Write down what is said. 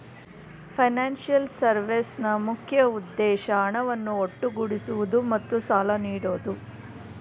financial ಸರ್ವಿಸ್ನ ಮುಖ್ಯ ಉದ್ದೇಶ ಹಣವನ್ನು ಒಗ್ಗೂಡಿಸುವುದು ಮತ್ತು ಸಾಲ ನೀಡೋದು